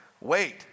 Wait